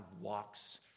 walks